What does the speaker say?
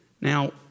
Now